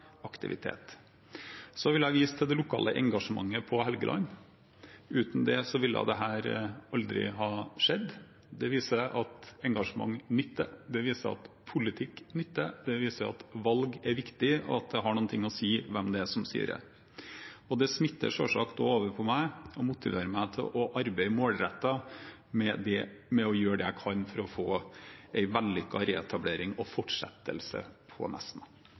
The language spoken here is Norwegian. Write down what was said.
Så vil jeg vise til det lokale engasjementet på Helgeland. Uten det ville dette aldri ha skjedd. Det viser at engasjement nytter. Det viser at politikk nytter. Det viser at valg er viktig, og at det har noe å si hvem det er som styrer. Det smitter selvsagt over på meg og motiverer meg til å arbeide målrettet med å gjøre det jeg kan for å få en vellykket reetablering og fortsettelse på